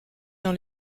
dans